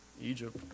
Egypt